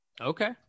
Okay